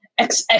XX